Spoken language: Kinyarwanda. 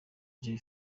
jay